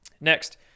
Next